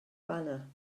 banner